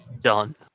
done